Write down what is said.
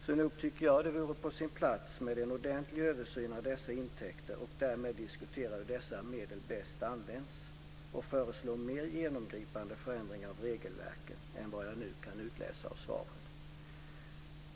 Så nog tycker jag att det vore på sin plats med en ordentlig översyn av dessa intäkter och därmed en diskussion om hur dessa medel bäst används och förslag till mer genomgripande förändringar av regelverket än vad jag nu kan utläsa av svaret.